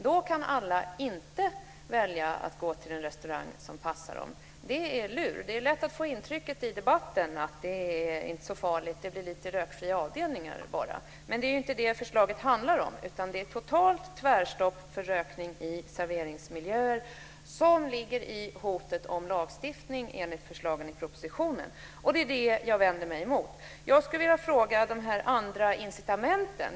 Då kan inte alla välja att gå till en restaurang som passar dem. Det är lite lurt. Det är lätt att få intrycket av debatten att det inte är så farligt och att det bara blir några rökfria avdelningar. Men det är inte det som förslaget handlar om, utan det är ett totalt tvärstopp för rökning i serveringsmiljöer som ligger i hotet om lagstiftning enligt förslagen i propositionen. Det är det som jag vänder mig emot. Jag vill ställa en fråga om de andra incitamenten.